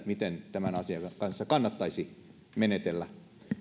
miten tämän asian kanssa kannattaisi menetellä